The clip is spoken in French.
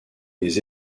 des